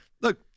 look